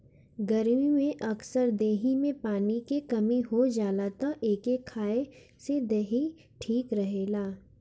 गरमी में अक्सर देहि में पानी के कमी हो जाला तअ एके खाए से देहि ठीक रहेला